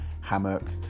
hammock